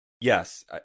yes